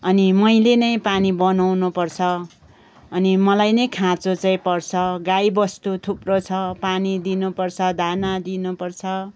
अनि मैले नै पानी बनाउन पर्छ अनि मलाई नै खाँचो चाहिँ पर्छ गाईवस्तु थुप्रो छ पानी दिनुपर्छ दाना दिनुपर्छ